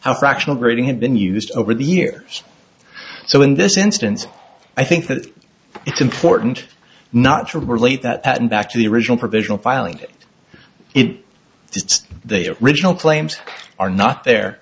how fractional grading had been used over the years so in this instance i think that it's important not to relate that in back to the original provisional filing it just the original claims are not the